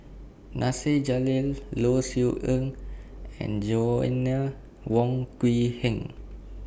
Nasir Jalil Low Siew Nghee and Joanna Wong Quee Heng